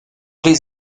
les